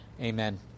Amen